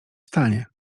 stanie